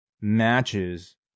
matches